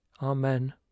amen